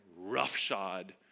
roughshod